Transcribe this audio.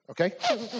okay